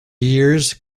years